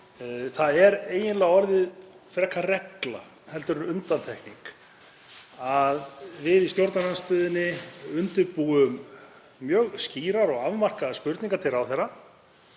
Það er eiginlega orðin regla frekar en undantekning að við í stjórnarandstöðunni undirbúum mjög skýrar og afmarkaðar spurningar til ráðherra